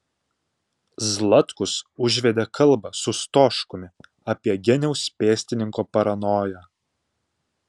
zlatkus užvedė kalbą su stoškumi apie geniaus pėstininko paranoją